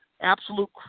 absolute